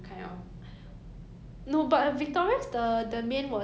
oh ya victorious have a main main kind of ya this [one] don't have is it